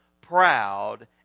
proud